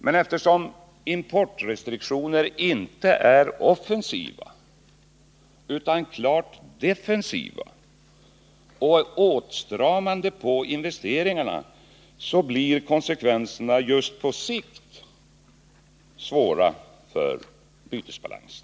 Men eftersom importrestriktioner inte är offensiva utan klart defensiva och åtstramande på investeringarna, blir konsekvenserna just på sikt svåra för bytesbalansen.